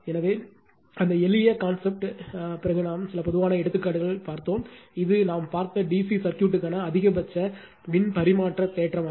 எனவே அந்த எளிய கான்செப்ட் பிறகு நாம் சில பொதுவான எடுத்துக்காட்டுகள் பார்த்தோம் இது நாம் பார்த்த DC சர்க்யூட்க்கான அதிகபட்ச மின் பரிமாற்ற தேற்றமாகும்